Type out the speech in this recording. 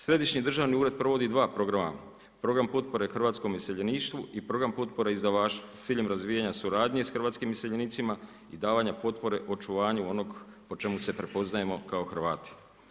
Središnji državni ured provodi dva programa: Program potpore hrvatskom iseljeništvu i Program potpore izdavaštvu sa ciljem razvijanja suradnje sa hrvatskim iseljenicima i davanja potpore očuvanju onog po čemu se prepoznajemo kao Hrvati.